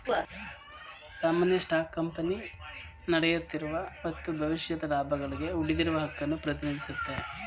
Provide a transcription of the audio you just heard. ಸಾಮಾನ್ಯ stock company ನಡೆಯುತ್ತಿರುವ ಮತ್ತು ಭವಿಷ್ಯದ ಲಾಭಗಳ್ಗೆ ಉಳಿದಿರುವ ಹಕ್ಕುನ್ನ ಪ್ರತಿನಿಧಿಸುತ್ತೆ